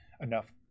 enough